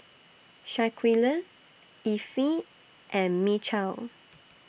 Shaquille Effie and Mychal